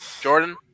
Jordan